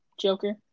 Joker